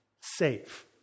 safe